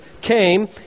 came